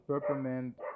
peppermint